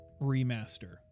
remaster